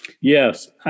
Yes